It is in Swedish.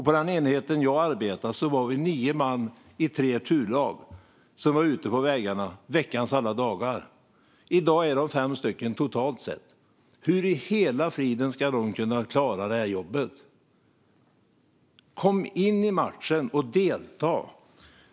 På den enhet där jag arbetade var vi nio man i tre turlag som var ute på vägarna veckans alla dagar. I dag är de fem totalt. Hur i hela friden ska de kunna klara det här jobbet? Kom in i matchen och delta!